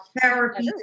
therapy